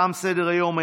תם סדר-היום.